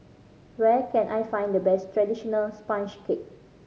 where can I find the best traditional sponge cake